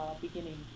beginning